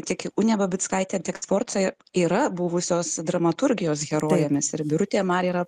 tiek unė babickaitė tiek sforca yra buvusios dramaturgijos herojėmis ir birutė mar yra